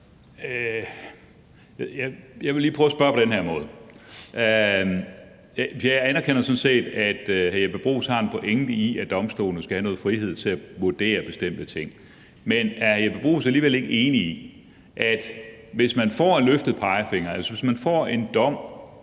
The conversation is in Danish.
Jeg vil lige prøve at spørge på den her måde. Altså, jeg anerkender sådan set, at hr. Jeppe Bruus har en pointe i, at domstolene skal have noget frihed til at vurdere bestemte ting, men er hr. Jeppe Bruus alligevel ikke enig i, at hvis man får en løftet pegefinger, altså hvis man ved